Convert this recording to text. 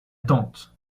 tante